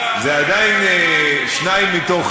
נתפשר על 40%. זה עדיין שתיים מתוך